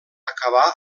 acabar